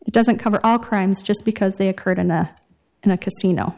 it doesn't cover all crimes just because they occurred in a in a casino